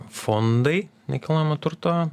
fondai nekilnojamo turto